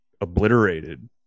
obliterated